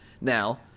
Now